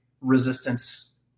resistance